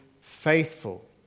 faithful